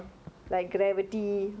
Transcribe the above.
oh bird box okay